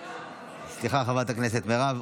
סליחה, חברת הכנסת מירב.